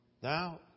thou